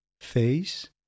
face